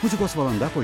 muzikos valanda po